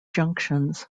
junctions